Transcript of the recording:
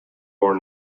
more